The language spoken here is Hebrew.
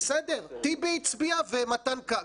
טיבי הצביע ומתן כהנא,